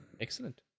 Excellent